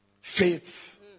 faith